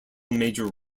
major